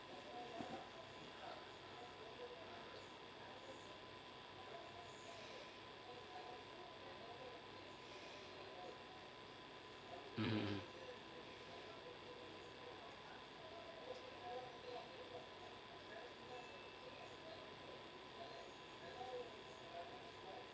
mmhmm